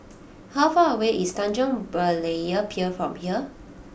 how far away is Tanjong Berlayer Pier from here